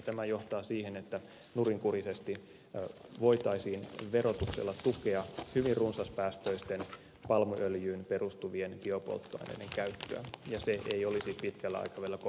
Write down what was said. tämä johtaa siihen että nurinkurisesti voitaisiin verotuksella tukea hyvin runsaspäästöisten palmuöljyyn perustuvien biopolttoaineiden käyttöä ja se ei olisi pitkällä aikavälillä kovinkaan kestävää